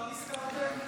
עכשיו נזכרתם?